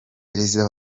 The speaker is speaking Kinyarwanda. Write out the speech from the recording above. perezida